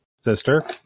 sister